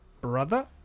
brother